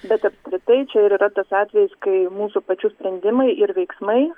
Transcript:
bet apskritai čia ir yra tas atvejis kai mūsų pačių sprendimai ir veiksmai